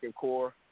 core